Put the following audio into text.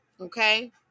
Okay